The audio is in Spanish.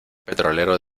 petrolero